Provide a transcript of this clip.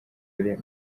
uri